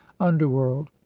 underworld